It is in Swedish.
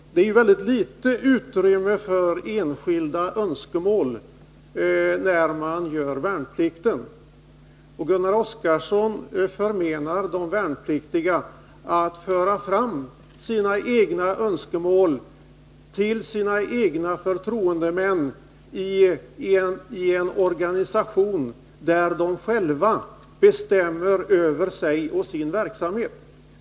Men det är väldigt litet utrymme för enskilda önskemål när man gör värnplikten, och Gunnar Oskarson förmenar de värnpliktiga att föra fram sina egna önskemål till sina egna förtroendemän i en organisation där de själva bestämmer över sig och sin verksamhet.